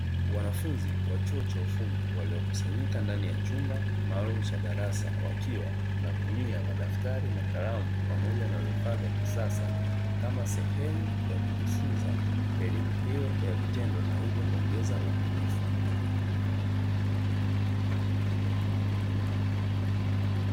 Wanafunzi wa chuo cha ufundi walio kusanyika ndani ya chumba maalumu cha darasa, wakiwa wanatumia madaftari na kalamu pamoja na vifaa vya kisasa, kama sehemu ya kujifunza elimu hiyo ya vitendo na hivyo kuongeza ubunifu.